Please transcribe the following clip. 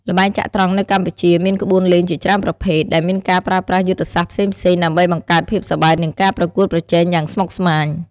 ល្បែងចត្រង្គនៅកម្ពុជាមានក្បួនលេងជាច្រើនប្រភេទ ដែលមានការប្រើប្រាស់យុទ្ធសាស្ត្រផ្សេងៗដើម្បីបង្កើតភាពសប្បាយ និងការប្រកួតប្រជែងយ៉ាងស្មុគស្មាញ។